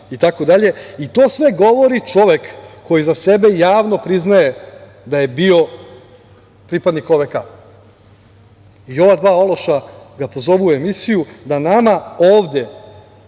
i to sve govori čovek koji za sebe javno priznaje da je bio pripadnik OVK.I ova dva ološa ga pozovu u emisiju da nama ovde